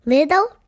Little